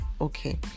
Okay